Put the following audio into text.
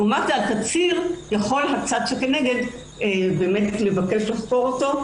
ולעומת זה בתצהיר יכול הצד שכנגד לבקש לחקור אותו,